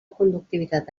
conductivitat